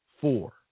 four